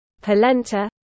polenta